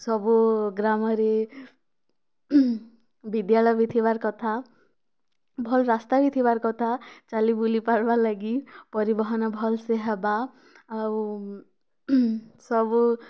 ସବୁ ଗ୍ରାମରେ ବିଦ୍ୟାଳୟ ବି ଥିବାର କଥା ଭଲ ରାସ୍ତା ବି ଥିବାର କଥା ଚାଲିବୁଲି ପାର୍ବା ଲାଗି ପରିବହନ ଭଲ୍ସେ ହେବା ଆଉ ସବୁ